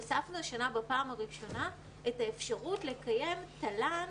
הוספנו השנה בפעם הראשונה את האפשרות לקיים תל"ן